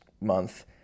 month